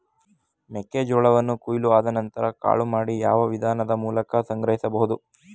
ಮೆಕ್ಕೆ ಜೋಳವನ್ನು ಕೊಯ್ಲು ಆದ ನಂತರ ಕಾಳು ಮಾಡಿ ಯಾವ ವಿಧಾನದ ಮೂಲಕ ಸಂಗ್ರಹಿಸಬಹುದು?